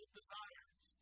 Desires